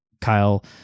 kyle